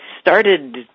started